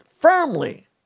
firmly